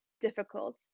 difficult